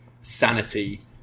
Sanity